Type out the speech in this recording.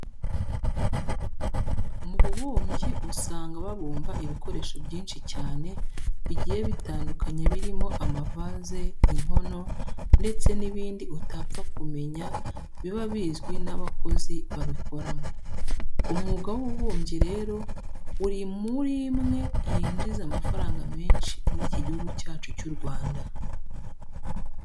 Mu bubumbyi usanga babumba ibikoresho byinshi cyane bigiye bitandukanye birimo amavaze, inkono ndetse n'ibindi utapfa kumenya biba bizwi n'abakozi babikoramo. Umwuga w'ububumbyi rero uri muri imwe yinjiza amafaranga menshi muri iki gihugu cyacu cy'u Rwanda.